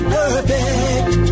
perfect